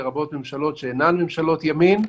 לרבות הממשלות שאינן ממשלות ימין,